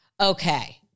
Okay